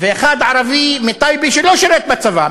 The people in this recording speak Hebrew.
ואחד ערבי מטייבה שלא שירת בצבא,